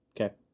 Okay